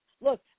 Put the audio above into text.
Look